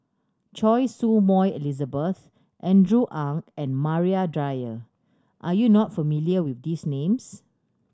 Choy Su Moi Elizabeth Andrew Ang and Maria Dyer are you not familiar with these names